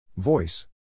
Voice